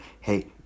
Hey